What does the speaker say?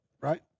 right